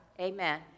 Amen